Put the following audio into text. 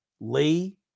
Lee